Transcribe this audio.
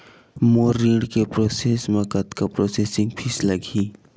मोर ऋण के प्रोसेस म कतका प्रोसेसिंग फीस लगही?